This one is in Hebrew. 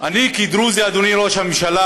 אני כדרוזי, אדוני ראש הממשלה,